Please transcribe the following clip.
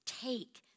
take